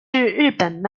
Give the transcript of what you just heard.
日本